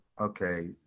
Okay